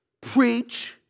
Preach